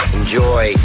Enjoy